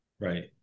right